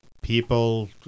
People